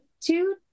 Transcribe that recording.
two